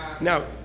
Now